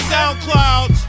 SoundCloud